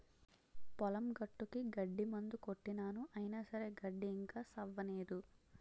పొలం గట్టుకి గడ్డి మందు కొట్టినాను అయిన సరే గడ్డి ఇంకా సవ్వనేదు